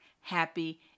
happy